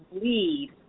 lead